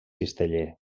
cisteller